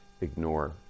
ignore